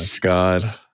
God